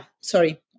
Sorry